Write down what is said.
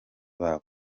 babo